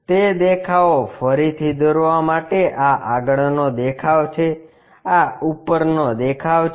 તે દેખાવો ફરીથી દોરવા માટે આ આગળનો દેખાવ છે આ ઉપરનો દેખાવ છે